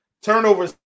Turnovers